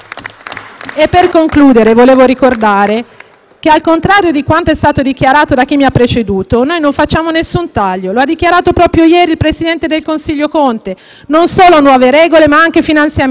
che, al contrario di quanto è stato dichiarato da chi mi ha preceduto, noi non facciamo alcun taglio. Lo ha dichiarato proprio ieri il presidente del Consiglio Conte; non solo nuove regole, ma anche finanziamenti e sono già stati recuperati, dal precedente stanziamento,